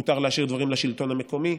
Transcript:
מותר להשאיר דברים לשלטון המקומי,